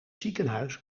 ziekenhuis